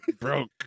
Broke